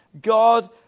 God